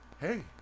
hey